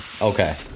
Okay